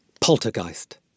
Poltergeist